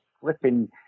flipping